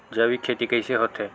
जैविक खेती कइसे होथे?